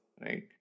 right